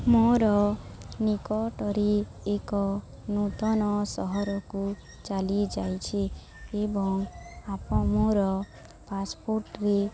ମୋର ନିକଟରେ ଏକ ନୂତନ ସହରକୁ ଚାଲିଯାଇଛି ଏବଂ ଆପ ମୋର ପାସ୍ପୋର୍ଟରେ